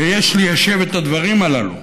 ויש ליישב את הדברים הללו.